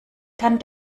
kann